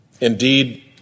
Indeed